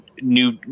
new